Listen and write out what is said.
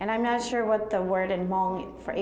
and i'm not sure what the word and